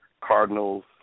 Cardinals